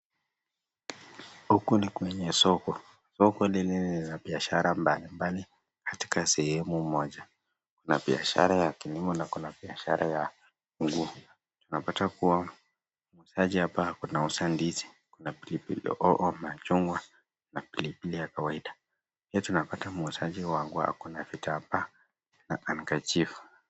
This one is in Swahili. Huku ni kwenye soko. Soko lili lina biashara mbalimbali katika sehemu moja. Kuna biashara ya kilimo na kuna biashara ya nguo. Tunapata kuwa muuzaji hapa anauza ndizi ,kuna pilipili hoho, machungwa na pilipili ya kawaida. Pia tunapata muuzaji wa nguo ako na vitambaa na "handkerchifu"